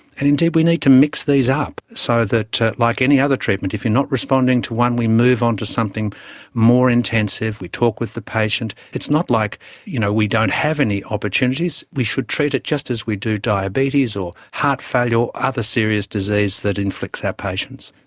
and indeed we need to mix these up so that, like any other treatment, if you are not responding to one, we move onto something more intensive, we talk with the patient. it's not like you know we don't have any opportunities, we should treat it just as we do diabetes or heart failure or other serious disease that inflicts our patients.